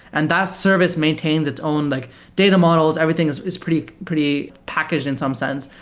and that service maintains its own like data models. everything is is pretty pretty packaged in some sense.